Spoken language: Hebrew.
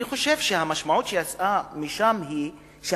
אני חושב שהמשמעות שיצאה משם היא שבן-האדם,